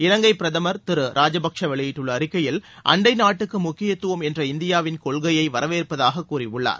இவங்கை பிரதமர் திரு ராஜபக்சே வெளியிட்டுள்ள அறிக்கையில் அண்டை நாட்டுக்கு முக்கியத்துவம் என்ற இந்தியாவின் கொள்கையை வரவேற்பதாகக் கூறியுள்ளார்